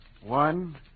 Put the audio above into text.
one